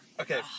Okay